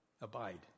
Abide